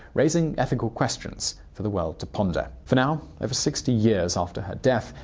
raising ethical questions for the world to ponder. for now, over sixty years after her death,